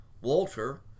Walter